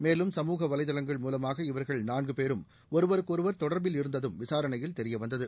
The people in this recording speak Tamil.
மேலும் சமூக வலைதளங்கள் மூலமாக இவர்கள் நான்கு பேரும் ஒருவருக்கொருவர் தொடர்பில் இருந்ததும் விசாரணையில் தெரியவந்தது